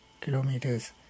kilometers